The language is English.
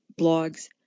blogs